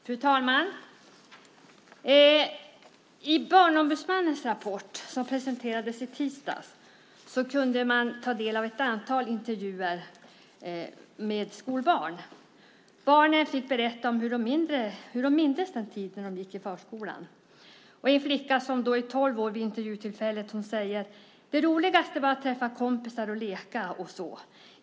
Fru talman! I Barnombudsmannens rapport som presenterades i tisdags kunde man ta del av ett antal intervjuer med skolbarn. Barnen fick berätta om hur de mindes den tid då de gick i förskolan. En flicka som var tolv år vid intervjutillfället sade: Det roligaste var att träffa kompisar och leka och så.